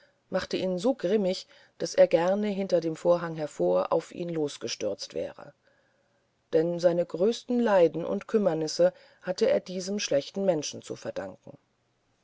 machte ihn so grimmig daß er gerne hinter dem vorhang hervor auf ihn losgestürzt wäre denn seine größten leiden und kümmernisse hatte er diesem schlechten menschen zu danken